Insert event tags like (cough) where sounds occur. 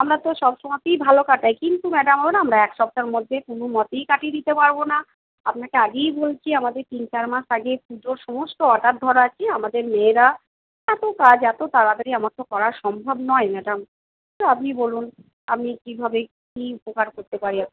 আমরা তো সবসময়তেই ভালো কাটাই কিন্তু ম্যাডাম (unintelligible) এক সপ্তাহের মধ্যে কোনও মতেই কাটিয়ে দিতে পারব না আপনাকে আগেই বলছি আমাদের তিন চার মাস আগে পুজোর সমস্ত অর্ডার ধরা আছে আমাদের মেয়েরা এত কাজ এত তাড়াতাড়ি আমার তো করা সম্ভব নয় ম্যাডাম তো আপনি বলুন আমি কীভাবে কী উপকার করতে পারি (unintelligible)